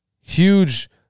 Huge